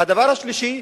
והדבר השלישי,